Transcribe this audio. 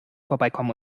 vorbeikommen